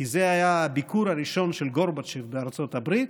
כי זה היה הביקור הראשון של גורבצ'וב בארצות הברית,